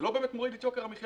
זה לא באמת מוריד את יוקר המחיה.